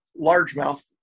largemouth